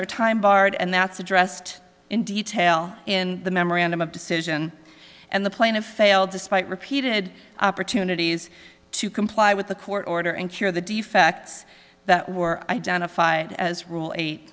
are time barred and that's addressed in detail in the memorandum of decision and the plaintiff failed despite repeated opportunities to comply with the court order and cure the defects that were identified as rule eight